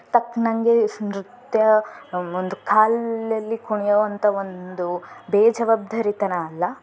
ತಕ್ಕಂಗೆ ಸ್ ನೃತ್ಯ ಒಂದು ಕಾಲಲ್ಲಿ ಕುಣಿಯುವಂಥ ಒಂದು ಬೇಜವಾಬ್ದಾರಿತನ ಅಲ್ಲ